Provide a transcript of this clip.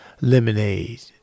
lemonade